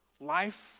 life